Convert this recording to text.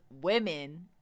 women